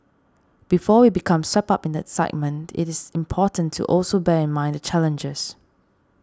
before we become swept up in the excitement it is important to also bear in mind the challenges